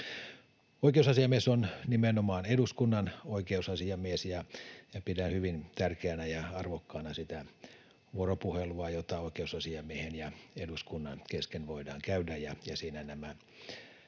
Oikeusasiamies on nimenomaan eduskunnan oikeusasiamies, ja pidän hyvin tärkeänä ja arvokkaana sitä vuoropuhelua, jota oikeusasiamiehen ja eduskunnan kesken voidaan käydä, ja siinä tämä